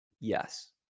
yes